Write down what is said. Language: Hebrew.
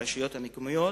הרשויות המקומיות,